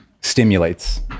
stimulates